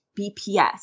BPS